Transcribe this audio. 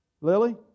Lily